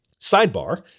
Sidebar